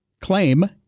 claim